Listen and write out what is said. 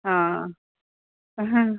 आं